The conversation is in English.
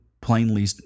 plainly